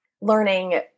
learning